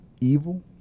Evil